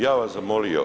Ja bi vas zamolio